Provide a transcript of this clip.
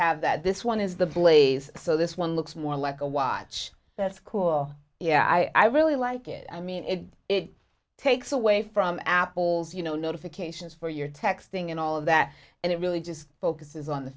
have that this one is the blaze so this one looks more like a watch their score yeah i really like it i mean it takes away from apples you know notifications for your texting and all of that and it really just focuses on the